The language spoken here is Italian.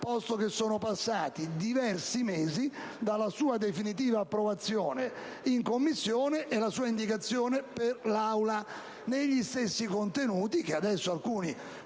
posto che sono passati diversi mesi dalla sua definitiva approvazione in Commissione e che la sua indicazione per l'Aula ha gli stessi contenuti, che adesso alcuni